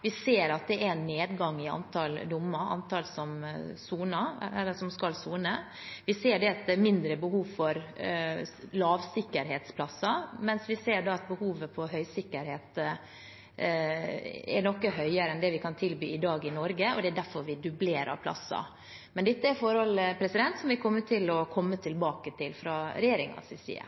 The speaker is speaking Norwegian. Vi ser at det er nedgang i antallet dommer og i antallet som skal sone, og vi ser at det er mindre behov for lavsikkerhetsplasser. Men vi ser at behovet på høysikkerhet er noe høyere enn det vi kan tilby i dag i Norge, og derfor dublerer vi plasser. Men dette er forhold som vi kommer tilbake til fra regjeringens side.